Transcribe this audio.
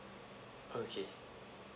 okay